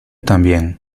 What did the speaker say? también